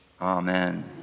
Amen